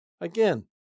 Again